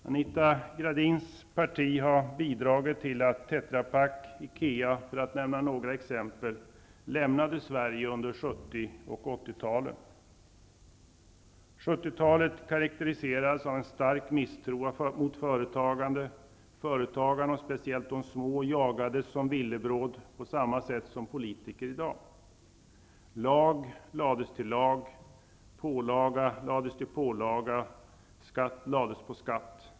Anita Gradins parti har bidragit till att Tetrapak och IKEA, för att nämna några exempel, lämnade Sverige under 70 70-talet karakteriserades av en stark misstro mot företagande. Företagarna -- speciellt de små -- jagades som villebråd på samma sätt som i dag sker med politiker. Lag lades till lag, pålaga lades till pålaga och skatt lades på skatt.